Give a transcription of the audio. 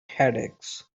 headaches